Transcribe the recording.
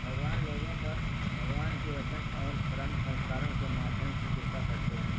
भगवान लोगों पर भगवान के वचन और परम संस्कारों के माध्यम से कृपा करते हैं